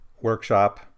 workshop